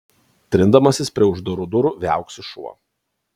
trindamasis prie uždarų durų viauksi šuo